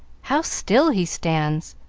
how still he stands!